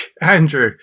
Andrew